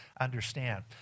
understand